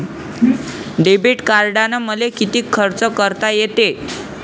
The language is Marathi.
डेबिट कार्डानं मले किती खर्च करता येते?